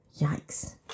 Yikes